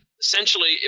essentially –